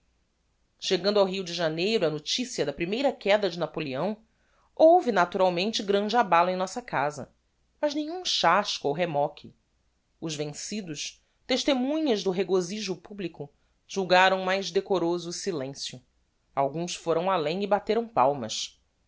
chegando ao rio de janeiro a noticia da primeira quéda de napoleão houve naturalmente grande abalo em nossa casa mas nenhum chasco ou remoque os vencidos testemunhas do regozijo publico julgaram mais decoroso o silencio alguns foram além e bateram palmas